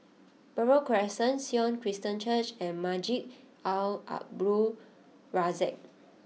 Buroh Crescent Sion Christian Church and Masjid Al Abdul Razak